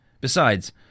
Besides